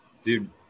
dude